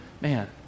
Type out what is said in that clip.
Man